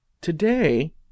Today